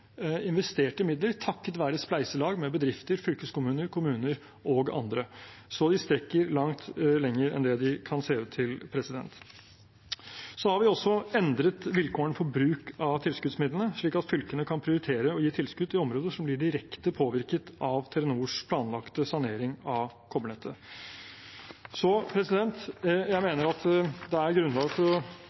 investerte midler, takket være spleiselag med bedrifter, fylkeskommuner, kommuner og andre. Så de rekker langt lenger enn det kan se ut til. Vi har også endret vilkårene for bruk av tilskuddsmidlene, slik at fylkene kan prioritere å gi tilskudd til områder som blir direkte påvirket av Telenors planlagte sanering av kobbernettet. Jeg mener at vi skal være glade for